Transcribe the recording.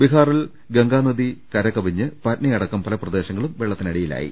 ബിഹാറിൽ ഗംഗാനദി കരകവിഞ്ഞ് പറ്റ്നയടക്കം പല പ്രദേശങ്ങളും വെള്ള ത്തിനടിയിലായി